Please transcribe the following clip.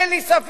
אין לי ספק